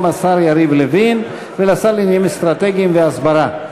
השר יריב לוין ולשר לעניינים אסטרטגיים וההסברה,